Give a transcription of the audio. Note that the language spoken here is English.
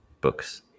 books